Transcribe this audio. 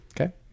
okay